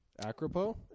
Acropo